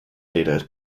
data